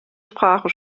sprache